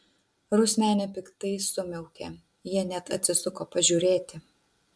rusmenė piktai sumiaukė jie net atsisuko pažiūrėti